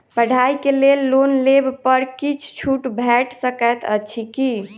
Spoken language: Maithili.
पढ़ाई केँ लेल लोन लेबऽ पर किछ छुट भैट सकैत अछि की?